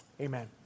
amen